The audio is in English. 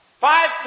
Five